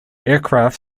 aircraft